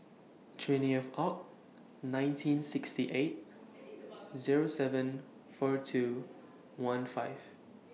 twentieth Oct nineteen sixty eight Zero seven four two one five